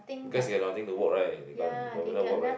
because you got nothing to work right you got no work right